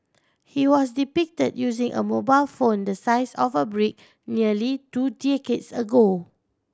he was depicted using a mobile phone the size of a brick nearly two decades ago